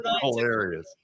hilarious